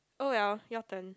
oh well your turn